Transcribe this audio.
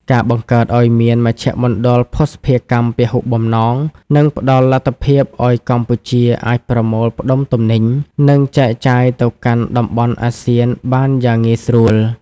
ការបង្កើតឱ្យមាន "មជ្ឈមណ្ឌលភស្តុភារកម្មពហុបំណង" នឹងផ្ដល់លទ្ធភាពឱ្យកម្ពុជាអាចប្រមូលផ្តុំទំនិញ និងចែកចាយទៅកាន់តំបន់អាស៊ានបានយ៉ាងងាយស្រួល។